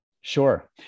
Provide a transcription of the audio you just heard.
Sure